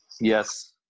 Yes